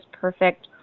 perfect